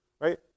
right